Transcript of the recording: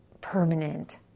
permanent